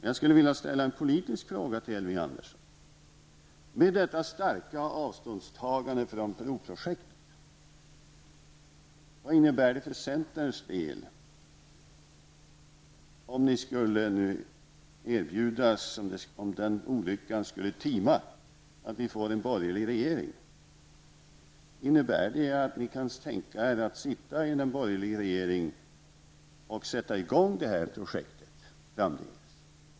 Jag skulle vilja ställa en politisk fråga till Elving Andersson: Vad innebär detta starka avståndstagande från broprojektet för centerns del om den olyckan skulle tima att vi får en borgerlig regering? Kan ni tänka er att framdeles sitta i en borgerlig regering och sätta i gång det här projektet?